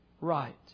right